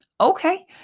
Okay